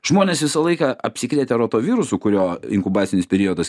žmonės visą laiką apsikrėtė roto virusu kurio inkubacinis periodas